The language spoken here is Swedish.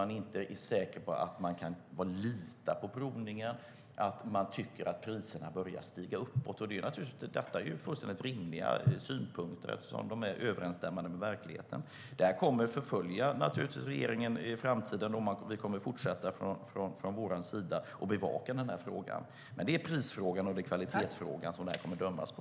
Man är inte säker på att man lita på provningen, och man tycker att priserna börjar stiga. Det är fullständigt rimliga synpunkter eftersom de överensstämmer med verkligheten. Det här kommer att förfölja regeringen i framtiden, och vi kommer att fortsätta bevaka frågan. Det är prisfrågan och kvalitetsfrågan det kommer att dömas på.